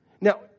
Now